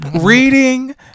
Reading